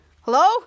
Hello